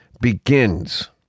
begins